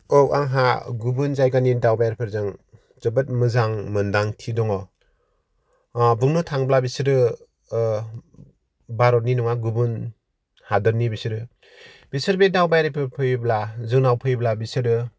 औ आंहा गुबुन जायगानि दावबायारिफोरजों जोबोद मोजां मोन्दांथि दङ अ बुंनो थाङोब्ला बिसोरो भारतनि नङा गुबुन हादोरनि बिसोरो बिसोर बे दावबायारिफोर फैयोब्ला जोंनाव फैयोब्ला बिसोरो